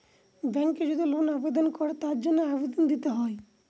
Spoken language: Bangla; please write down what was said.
ব্যাঙ্কে যদি লোন আবেদন করে তার জন্য আবেদন দিতে হয়